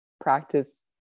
practice